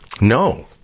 No